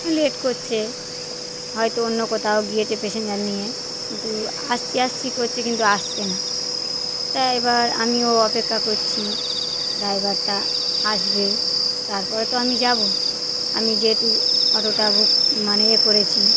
late করছে হয়তো অন্য কোথাও গিয়েছে প্যাসেঞ্জার নিয়ে কিন্তু আসছি আসছি করছে কিন্তু আসছে না তা এবার আমি ওর অপেক্ষা করছি ড্রাইভারটা আসবে তারপরে তো আমি যাবো আমি যেহেতু অটোটা বুক মানে এ করেছি